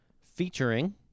featuring